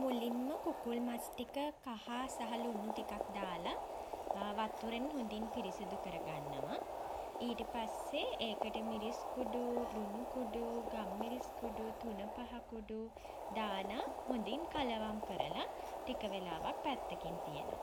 මුලින්ම කුකුල් මස් ටික කහ සහ ලුණු ටිකක් දාලා වතුරෙන් හොඳින් පිරිසිදු කරගන්නවා. ඊට පස්සේ ඒකට මිරිස් කුඩු ලුණු කුඩු ගම්මිරිස් කුඩු තුනපහ කුඩු දාලා හොඳින් කලවම් කරලා ටික වෙලාවක් පැත්තකින් තියනවා.